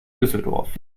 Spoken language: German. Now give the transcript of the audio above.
düsseldorf